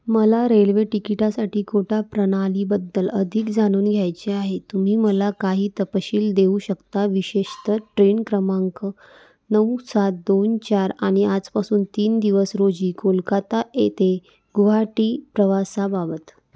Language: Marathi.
मला रेल्वे टिकिटासाठी कोटा प्रणालीबद्दल अधिक जाणून घ्यायचे आहे तुम्ही मला काही तपशील देऊ शकता विशेषतः ट्रेन क्रमांक नऊ सात दोन चार आणि आजपासून तीन दिवस रोजी कोलकत्ता येथे गुवाहाटी प्रवासाबाबत